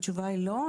התשובה היא לא.